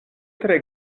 tre